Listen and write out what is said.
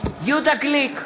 יהודה גליק,